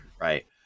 Right